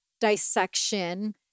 dissection